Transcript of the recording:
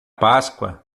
páscoa